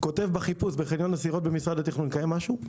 כותב בחיפוש במשרד התכנון "חניון סירות" קיים משהו?